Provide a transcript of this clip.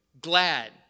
glad